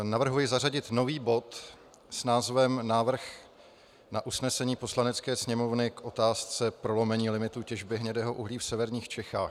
Navrhuji zařadit nový bod s názvem Návrh na usnesení Poslanecké sněmovny k otázce prolomení limitů těžby hnědého uhlí v severních Čechách.